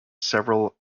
several